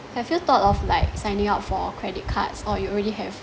have you thought of like signing up for credit cards or you already have